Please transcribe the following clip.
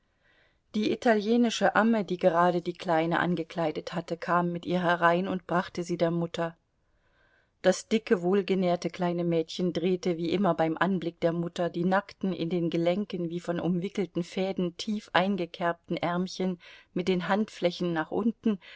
die italienische amme die gerade die kleine angekleidet hatte kam mit ihr herein und brachte sie der mutter das dicke wohlgenährte kleine mädchen drehte wie immer beim anblick der mutter die nackten in den gelenken wie von umgewickelten fäden tief eingekerbten ärmchen mit den handflächen nach unten